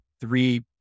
three